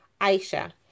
Aisha